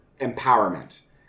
empowerment